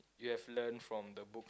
you have learnt from the book